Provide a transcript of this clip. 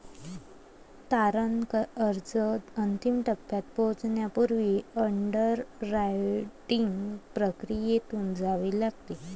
तारण अर्ज अंतिम टप्प्यात पोहोचण्यापूर्वी अंडररायटिंग प्रक्रियेतून जावे लागते